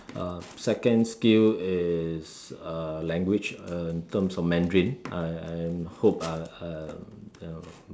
uh second skill is uh language uh in term of Mandarin I I hope I'll you know